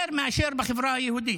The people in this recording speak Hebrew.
יותר מאשר בחברה היהודית,